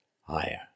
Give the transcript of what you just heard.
higher